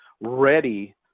ready